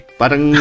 parang